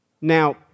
Now